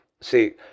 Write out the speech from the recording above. See